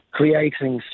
creating